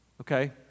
Okay